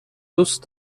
دوست